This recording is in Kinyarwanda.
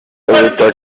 ubutaka